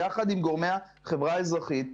יחד עם גורמי החברה האזרחית.